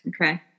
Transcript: Okay